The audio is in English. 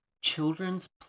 children's